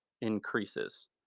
increases